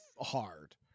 hard